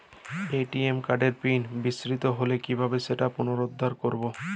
ATM কার্ডের PIN বিস্মৃত হলে কীভাবে সেটা পুনরূদ্ধার করব?